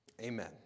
Amen